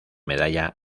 medalla